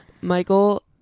michael